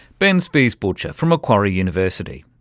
ben spies-butcher from macquarie university.